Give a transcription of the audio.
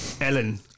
Ellen